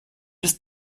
ist